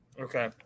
Okay